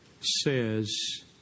says